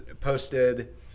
posted